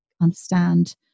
understand